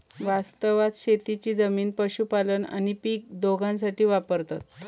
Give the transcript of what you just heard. वास्तवात शेतीची जमीन पशुपालन आणि पीक दोघांसाठी वापरतत